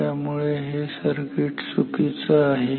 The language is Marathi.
त्यामुळे हे सर्किट चुकीचं आहे